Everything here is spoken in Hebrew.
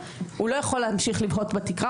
הוא לא יכול להמשיך לבהות בתקרה,